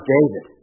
David